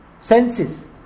senses